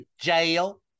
jail